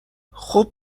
خوب